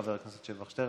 חבר הכנסת שבח שטרן,